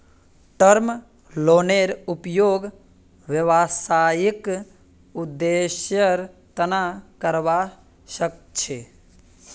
term लोनेर उपयोग व्यावसायिक उद्देश्येर तना करावा सख छी